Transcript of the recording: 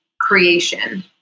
creation